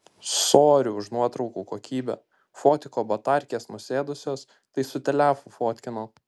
sory už nuotraukų kokybę fotiko baterkės nusėdusios tai su telefu fotkinau